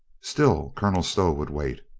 still colonel stow would wait.